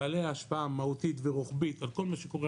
בעלי השפעה מהותית ורוחבית על כל מה שקורה